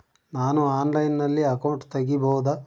ನಾನು ಆನ್ಲೈನಲ್ಲಿ ಅಕೌಂಟ್ ತೆಗಿಬಹುದಾ?